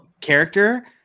character